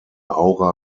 aura